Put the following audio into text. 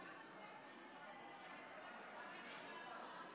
ובכן, רבותיי,